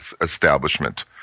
establishment